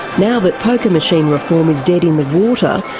now that poker machine reform is dead in the water,